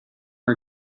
our